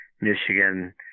Michigan